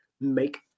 make